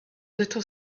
little